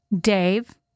Dave